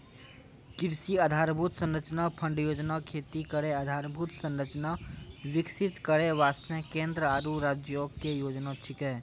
कृषि आधारभूत संरचना फंड योजना खेती केरो आधारभूत संरचना विकसित करै वास्ते केंद्र आरु राज्यो क योजना छिकै